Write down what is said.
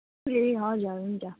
ए हजुर हुन्छ